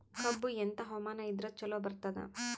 ಕಬ್ಬು ಎಂಥಾ ಹವಾಮಾನ ಇದರ ಚಲೋ ಬರತ್ತಾದ?